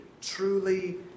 truly